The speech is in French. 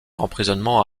emprisonnement